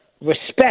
respect